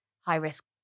high-risk